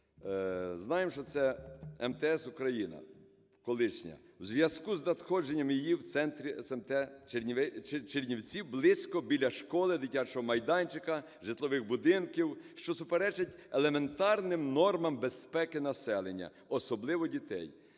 (знаємо, що це МТС-Україна колишня) в зв'язку з надходженням її в центрі смт Чернівці, близько біля школи, дитячого майданчика, житлових будинків, що суперечить елементарним нормам безпеки населення, особливо дітей.